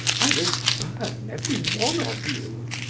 i will burn every one of you!